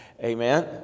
Amen